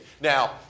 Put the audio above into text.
now